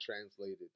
translated